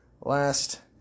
last